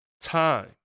Time